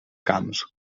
camps